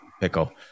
Pickle